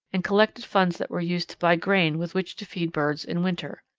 and collected funds that were used to buy grain with which to feed birds in winter.